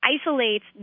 isolates